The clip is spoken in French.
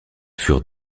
furent